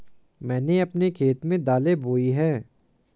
मैंने अपने खेत में दालें बोई हैं